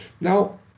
Now